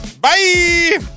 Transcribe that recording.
Bye